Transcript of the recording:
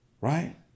right